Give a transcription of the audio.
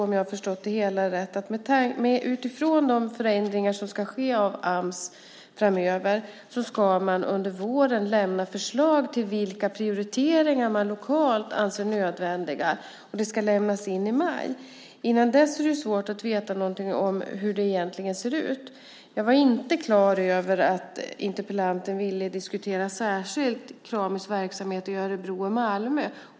Om jag har förstått det hela rätt ska man, utifrån de förändringar som ska ske av Ams framöver, under våren lämna förslag på prioriteringar som man lokalt anser nödvändiga. Det ska lämnas in i maj. Innan dess är det svårt att veta någonting om hur det egentligen ser ut. Jag var inte klar över att interpellanten särskilt ville diskutera Kramis verksamhet i Örebro och Malmö.